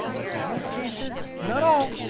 but most cases, not all.